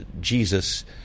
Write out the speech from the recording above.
Jesus